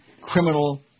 criminal